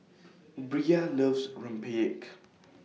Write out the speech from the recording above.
Bria loves Rempeyek